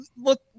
look